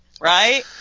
right